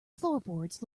floorboards